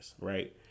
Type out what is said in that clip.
right